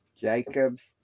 Jacob's